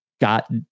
got